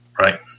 Right